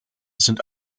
sind